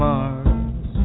Mars